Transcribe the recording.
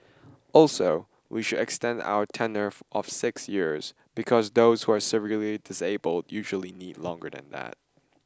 also we should extend our tenure of six years because those who are severely disabled usually need longer than that